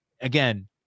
again